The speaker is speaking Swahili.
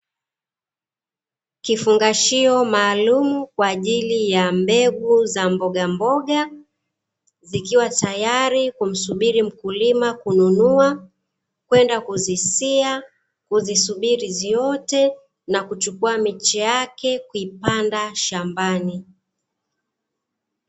Kifungashio maalum kwaajili ya mbegu za mbogamboga, zikiwa tayari kumsubiri mkulima kununua kwenda kuzisia, kuzisubiri ziote na kuchukua miche yake kuipanda shambani.